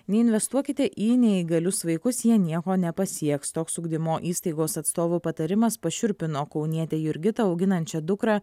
neinvestuokite į neįgalius vaikus jie nieko nepasieks toks ugdymo įstaigos atstovo patarimas pašiurpino kaunietę jurgitą auginančią dukrą